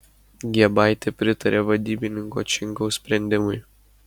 giebaitė pritarė vadybininko činkaus sprendimui